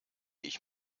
ich